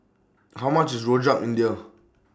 How much IS Rojak India